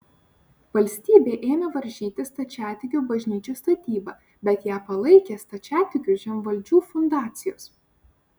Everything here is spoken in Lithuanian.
valstybė ėmė varžyti stačiatikių bažnyčių statybą bet ją palaikė stačiatikių žemvaldžių fundacijos